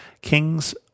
Kings